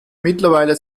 mittlerweile